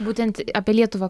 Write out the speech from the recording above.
būtent apie lietuvą